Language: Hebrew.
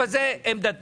אבל זאת עמדתי.